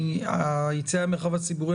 היציאה למרחב הציבורי,